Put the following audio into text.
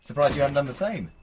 surprised you haven't done the same.